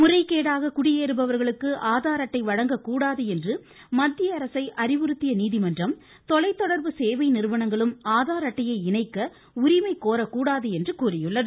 முறைகேடாக குடியேறுபவர்களுக்கு ஆதார் அட்டை வழங்க கூடாது என்று மத்திய அரசை அறிவுறுத்திய நீதிமன்றம் தொலைத்தொடர்பு சேவை நிறுவனங்களும் ஆதார் அட்டையை இணைக்க உரிமை கோரக்கூடாது என்று கூறியுள்ளது